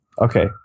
Okay